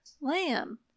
Lamb